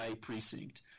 precinct